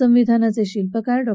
संविधानाचे शिल्पकार डॉ